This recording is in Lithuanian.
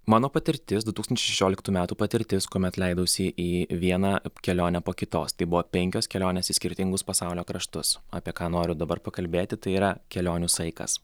mano patirtis du tūkstančiai šešioliktų metų patirtis kuomet leidausi į vieną kelionę po kitos tai buvo penkios kelionės į skirtingus pasaulio kraštus apie ką noriu dabar pakalbėti tai yra kelionių saikas